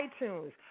iTunes